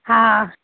हा